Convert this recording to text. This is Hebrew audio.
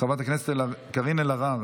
חברת הכנסת מרב מיכאלי,